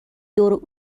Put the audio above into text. دور